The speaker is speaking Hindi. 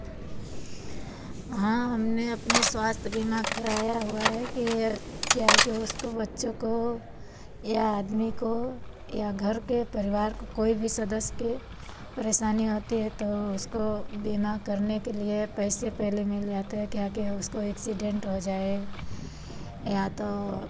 हाँ हमने अपने स्वास्थ्य बीमा कराया हुआ है कि क्या है कि उसको बच्चों को या आदमी को या घर के परिवार को कोई भी सदस्य के परेशानी होती है तो उसको बीमा करने के लिए पैसे पहले मिल जाते हैं क्या क्या है उसको एक्सीडेंट हो जाए या तो